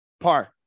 Par